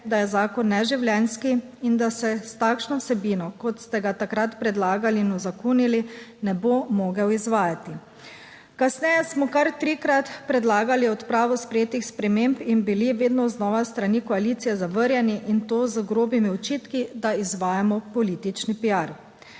da je zakon neživljenjski in da se s takšno vsebino, kot ste ga takrat predlagali in uzakonili ne bo mogel izvajati. Kasneje smo kar trikrat predlagali odpravo sprejetih sprememb in bili vedno znova s strani koalicije zavrnjeni in to z grobimi očitki, da izvajamo politični